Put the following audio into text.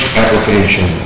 application